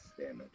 damage